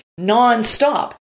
nonstop